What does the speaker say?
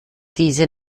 diese